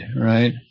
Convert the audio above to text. right